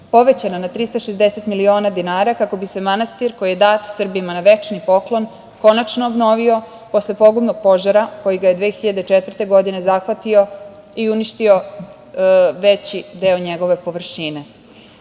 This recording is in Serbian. povećana na 360 miliona dinara, kako bi se manastir koji je dat Srbima na večni poklon, konačno obnovio posle pogubnog požara koji ga je 2004. godine zahvatio i uništio veći deo njegove površine. Svaki